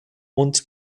und